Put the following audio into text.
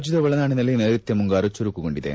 ರಾಜ್ಯದ ಒಳನಾಡಿನಲ್ಲಿ ನೈರುತ್ತ ಮುಂಗಾರು ಚುರುಕಾಗಿದೆ